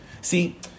See